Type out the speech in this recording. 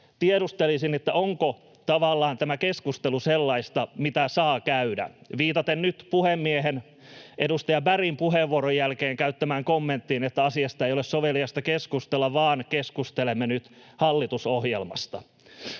tiedustelisin, onko tämä keskustelu sellaista, mitä saa käydä — viitaten nyt puhemiehen edustaja Bergin puheenvuoron jälkeen käyttämään kommenttiin, että asiasta ei ole soveliasta keskustella vaan keskustelemme nyt hallitusohjelmasta.